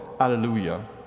Alleluia